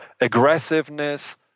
aggressiveness